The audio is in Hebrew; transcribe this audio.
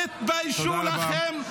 תתביישו לכם.